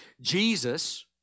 Jesus